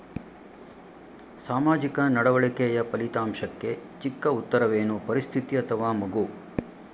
ಸಾಮಾಜಿಕ ನಡವಳಿಕೆಯ ಫಲಿತಾಂಶಕ್ಕೆ ಚಿಕ್ಕ ಉತ್ತರವೇನು? ಪರಿಸ್ಥಿತಿ ಅಥವಾ ಮಗು?